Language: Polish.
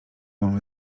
mamy